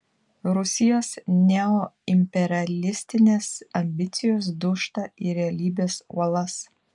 rusijos neoimperialistinės ambicijos dūžta į realybės uolas